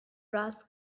brass